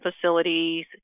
facilities